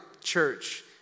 church